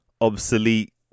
obsolete